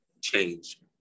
change